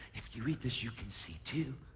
if you eat this, you can see, too.